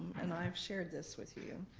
and i've shared this with you,